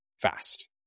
fast